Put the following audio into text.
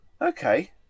Okay